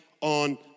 on